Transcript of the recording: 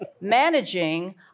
managing